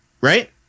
Right